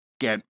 get